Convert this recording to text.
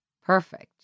Perfect